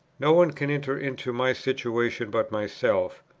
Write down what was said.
no one can enter into my situation but myself.